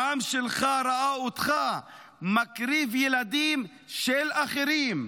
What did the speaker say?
העם שלך ראה אותך מקריב ילדים של אחרים.